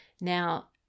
Now